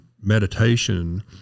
meditation